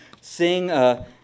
sing